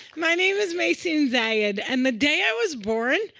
my name is maysoon zayid. and the day i was born,